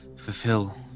Fulfill